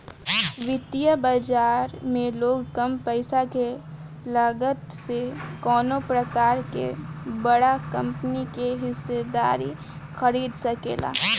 वित्तीय बाजार में लोग कम पईसा के लागत से कवनो प्रकार के बड़ा कंपनी के हिस्सेदारी खरीद सकेला